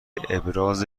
ابراز